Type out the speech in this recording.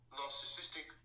narcissistic